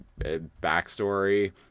backstory